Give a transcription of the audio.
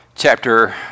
chapter